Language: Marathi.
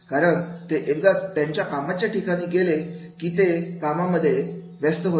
कारण ते एकदा त्यांच्या ठिकाणी गेले की ते कामांमध्ये व्यस्त होणार